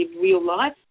real-life